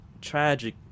tragic